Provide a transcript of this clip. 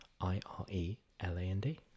i-r-e-l-a-n-d